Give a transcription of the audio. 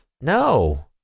No